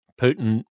Putin